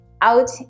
out